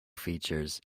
features